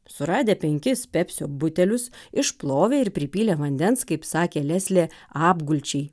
suradę penkis pepsio butelius išplovė ir pripylė vandens kaip sakė leslė apgulčiai